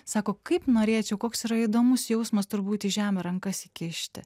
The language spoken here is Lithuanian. sako kaip norėčiau koks yra įdomus jausmas turbūt į žemę rankas įkišti